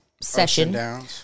session